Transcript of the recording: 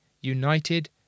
united